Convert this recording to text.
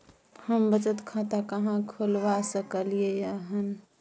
हम बचत खाता कहाॅं खोलवा सकलिये हन?